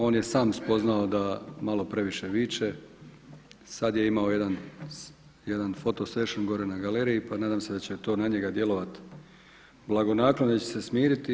On je sam spoznao da malo previše više, sada je imao jedan fotosession gore na galeriji pa nadam se da će to na njega djelovati blagonaklono da će se smiriti.